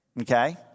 Okay